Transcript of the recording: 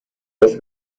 هاش